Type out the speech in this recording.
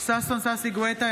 ששון ששי גואטה,